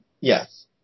Yes